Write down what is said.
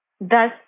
Thus